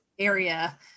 Area